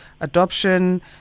adoption